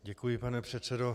Děkuji, pane předsedo.